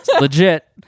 legit